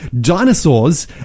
dinosaurs